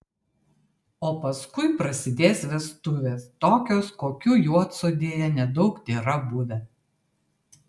o paskui prasidės vestuvės tokios kokių juodsodėje nedaug tėra buvę